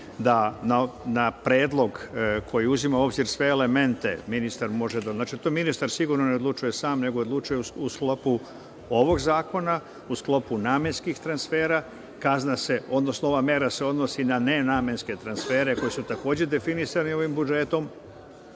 da na predlog koji uzima u obzir sve elemente, ministar sigurno ne odlučuje sam nego odlučuje u sklopu ovog zakona, u sklopu namenskih transfera, kazna se, odnosno ova mera se odnosi na nenamenske transfere, koji su takođe definisani ovim budžetom,